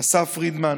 אסף פרידמן.